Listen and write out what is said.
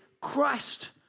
Christ